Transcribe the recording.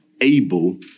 able